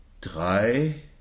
Drei